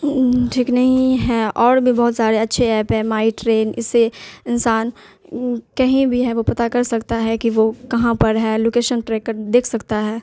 ٹھیک نہیں ہیں اور بھی بہت سارے اچھے ایپ ہیں مائی ٹرین اس سے انسان کہیں بھی ہیں وہ پتہ کر سکتا ہے کہ وہ کہاں پر ہے لوکیشن ٹریک کر دیکھ سکتا ہے